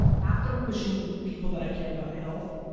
after wishing people that i care about health,